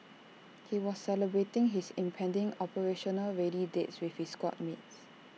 he was celebrating his impending operationally ready date with his squad mates